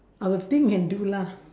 I will think and do lah